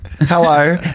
hello